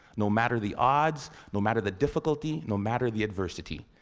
no matter the odds, no matter the difficulty, no matter the adversity.